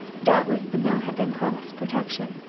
doubtless the mill had been promised protection.